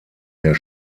mehr